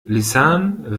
lisann